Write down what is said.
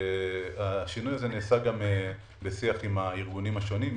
השינוי הזה נעשה בשיח עם הארגונים השונים.